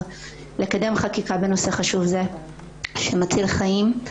לקדם חקיקה בנושא חשוב זה שמציל חיים,